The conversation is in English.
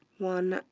one,